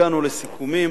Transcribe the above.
הגענו לסיכומים